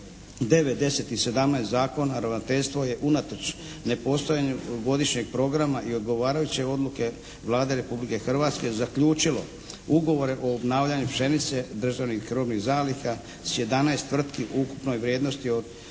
17. zakona. Ravnateljstvo je unatoč nepostojanju godišnjeg programa i odgovarajuće odluke Vlade Republike Hrvatske zaključilo ugovore o obnavljanju pšenice državnih robnih zaliha s 11 tvrtki u ukupnoj vrijednosti od